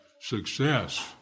success